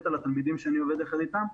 מת על התלמידים שאני עובד יחד איתם,